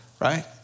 right